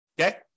Okay